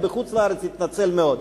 היה בחוץ-לארץ והתנצל מאוד,